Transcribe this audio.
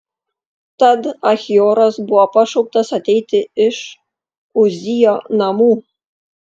tad achioras buvo pašauktas ateiti iš uzijo namų